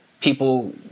people